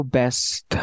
best